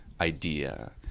idea